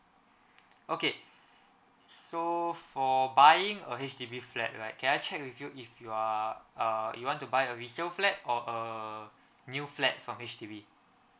okay so for buying a H_D_B flat right can I check with you if you are err you want to buy a resale flat or a new flat from H_D_B